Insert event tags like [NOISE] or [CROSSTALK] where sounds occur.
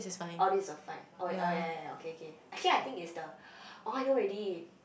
all this a fine oh oh ya ya ya okay okay actually I think it's the [BREATH] oh I know already